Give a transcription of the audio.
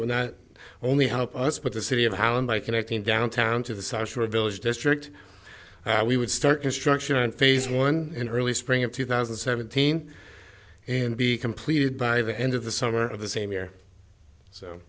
will not only help us but the city of holland by connecting downtown to the seisure village district we would start construction on phase one in early spring of two thousand and seventeen and be completed by the end of the summer of the same year so